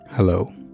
Hello